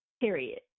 period